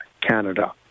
Canada